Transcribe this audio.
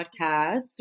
podcast